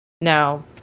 Now